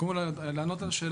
קודם כל אני רוצה לענות על השאלה,